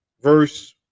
Verse